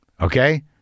Okay